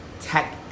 tech